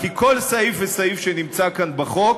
כי כל סעיף וסעיף כאן בחוק,